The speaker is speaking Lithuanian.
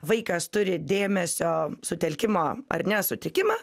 vaikas turi dėmesio sutelkimo ar nesutikimą